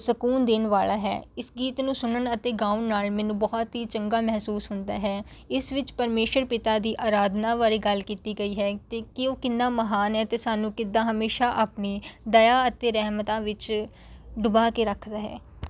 ਸਕੂਨ ਦੇਣ ਵਾਲਾ ਹੈ ਇਸ ਗੀਤ ਨੂੰ ਸੁਣਨ ਅਤੇ ਗਾਉਣ ਨਾਲ ਮੈਨੂੰ ਬਹੁਤ ਹੀ ਚੰਗਾ ਮਹਿਸੂਸ ਹੁੰਦਾ ਹੈ ਇਸ ਵਿੱਚ ਪਰਮੇਸ਼ਰ ਪਿਤਾ ਦੀ ਅਰਾਧਨਾ ਬਾਰੇ ਗੱਲ ਕੀਤੀ ਗਈ ਹੈ ਅਤੇ ਕਿ ਉਹ ਕਿੰਨਾਂ ਮਹਾਨ ਹੈ ਅਤੇ ਸਾਨੂੰ ਕਿੱਦਾਂ ਹਮੇਸ਼ਾਂ ਆਪਣੀ ਦਇਆ ਅਤੇ ਰਹਿਮਤਾਂ ਵਿੱਚ ਡੁਬਾ ਕੇ ਰੱਖਦਾ ਹੈ